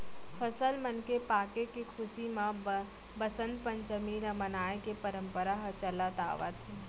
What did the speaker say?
फसल मन के पाके के खुसी म बसंत पंचमी ल मनाए के परंपरा ह चलत आवत हे